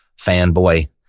fanboy